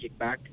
kickback